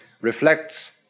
reflects